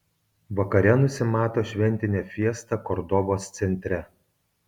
vakare nusimato šventinė fiesta kordobos centre